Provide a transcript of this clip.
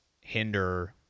hinder